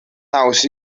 haws